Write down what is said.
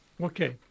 Okay